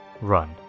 Run